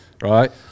right